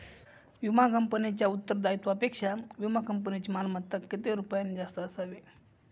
विमा कंपनीच्या उत्तरदायित्वापेक्षा विमा कंपनीची मालमत्ता किती रुपयांनी जास्त असावी?